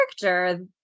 character